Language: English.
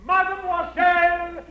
Mademoiselle